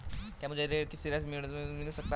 क्या मुझे कृषि ऋण योजना से ऋण मिल सकता है?